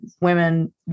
women